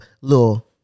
little